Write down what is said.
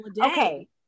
Okay